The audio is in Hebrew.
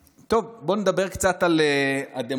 בואו נדבר קצת על הדמוקרטיה